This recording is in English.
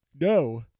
no